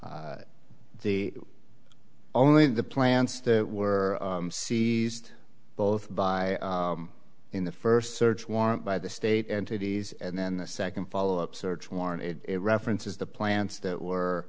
the only the plants that were seized both by in the first search warrant by the state entities and then the second follow up search warrant it references the plants that were